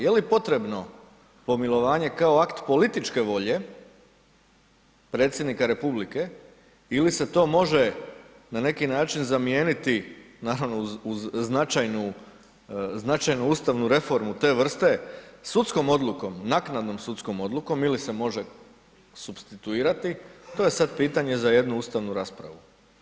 Je li potrebno pomilovanje kao akt političke volje predsjednika Republike ili se to može na neki način zamijeniti naravno uz značajnu, značajnu ustavnu reformu te vrste sudskom odlukom, naknadnom sudskom odlukom ili se može supstituirati to je sad pitanje za jednu ustavu raspravu.